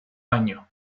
año